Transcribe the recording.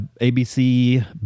ABC